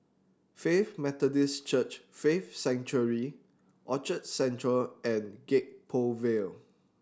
Faith Methodist Church Faith Sanctuary Orchard Central and Gek Poh Ville